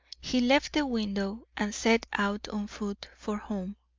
he left the window and set out on foot for home.